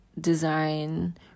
design